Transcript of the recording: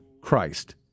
Christ